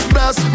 Bless